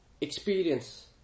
experience